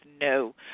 no